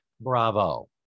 Bravo